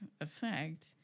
effect